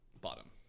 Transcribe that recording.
bottom